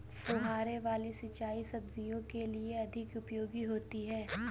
फुहारे वाली सिंचाई सब्जियों के लिए अधिक उपयोगी होती है?